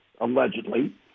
allegedly